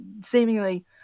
seemingly